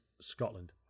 Scotland